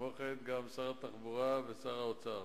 וכן שר התחבורה ושר האוצר.